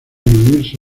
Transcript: unirse